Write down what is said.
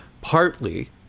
partly